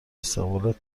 استقبال